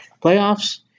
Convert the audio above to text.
playoffs